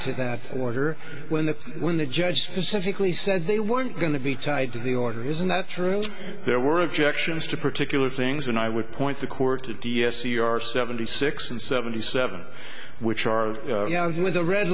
to that order when the when the judge specifically said they weren't going to be tied to the order isn't that true there were objections to particular things and i would point the court to d s c are seventy six and seventy seven which are the red